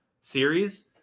series